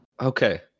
Okay